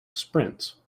sprints